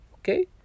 okay